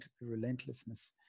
relentlessness